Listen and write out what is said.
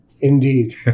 indeed